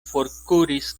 forkuris